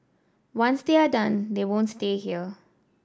once they are done they won't stay here